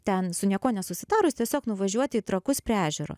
ten su niekuo nesusitarus tiesiog nuvažiuoti į trakus prie ežero